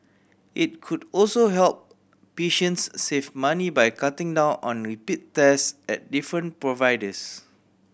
it could also help patients save money by cutting down on repeat tests at different providers